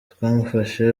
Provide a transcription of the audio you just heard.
twamufashe